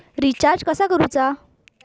Recharge कसा करूचा?